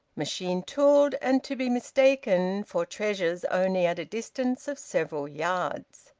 machine-tooled, and to be mistaken for treasures only at a distance of several yards.